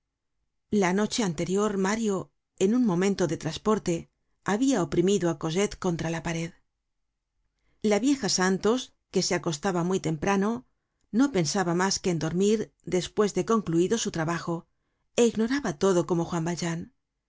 la noche anterior mario en un momento de trasporte habia oprimido á cosette contra la pared content from google book search generated at la vieja santos que se acostaba muy temprano no pensaba mas que en dormir despues de concluido su trabajo é ignoraba todo como juan valjean